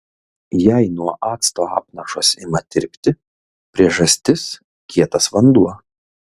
jei nuo acto apnašos ima tirpti priežastis kietas vanduo